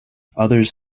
others